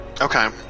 okay